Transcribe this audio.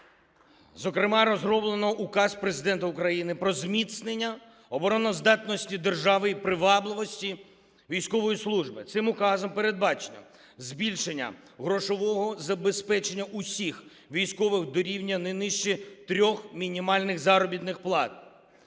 зокрема розроблено Указ Президента України про зміцнення обороноздатності держави і привабливості військової служби. Цим указом передбачено збільшення грошового забезпечення усіх військових до рівня не нижче 3 мінімальних заробітних плат.